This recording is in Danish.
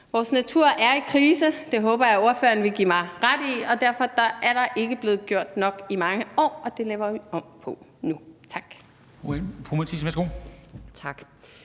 Vores natur er i krise, det håber jeg at spørgeren vil give mig ret i, og derfor er der ikke blevet gjort nok i mange år, og det laver vi om på nu.